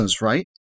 right